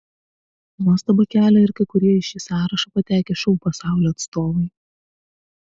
nuostabą kelia ir kai kurie į šį sąrašą patekę šou pasaulio atstovai